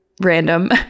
random